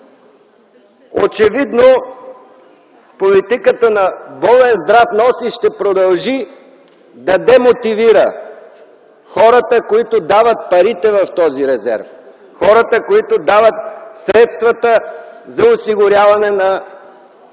Очевидно политиката на „Болен здрав носи” ще продължи да демотивира хората, които дават парите в този резерв, хората, които дават средствата за осигуряване на